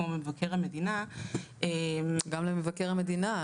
כמו מבקר המדינה.